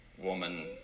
Woman